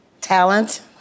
Talent